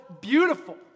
beautiful